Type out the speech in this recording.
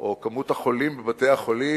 או מספר החולים בבתי-החולים,